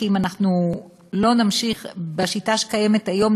כי אם אנחנו לא נמשיך בשיטה שקיימת היום,